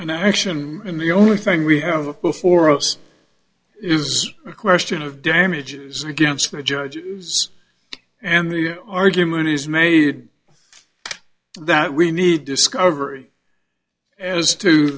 an action and the only thing we have before us is a question of damages against the judge and the argument is made that we need discovery as to